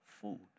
food